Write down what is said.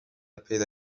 پیدا